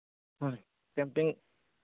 ꯍꯣꯏ ꯀꯦꯝꯄꯤꯡ